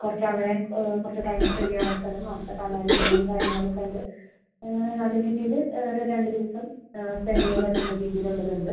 കുറച്ചങ്ങനെ കുറച്ച് time spent ചെയ്യാനുള്ള സ്ഥലം അവിടുത്തെ കലാരൂപങ്ങളും കാര്യങ്ങളൊക്കെ കണ്ട് നല്ല രീതിയിൽ ഒരു രണ്ടു ദിവസം സ്പെൻ്റ് ചെയ്യാൻ പറ്റുന്ന രീതിയിലുള്ളത് ഉണ്ട്